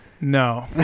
No